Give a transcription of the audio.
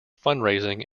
fundraising